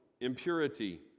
impurity